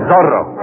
Zorro